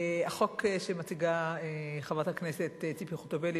החוק שמציגה חברת הכנסת ציפי חוטובלי,